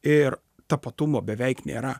ir tapatumo beveik nėra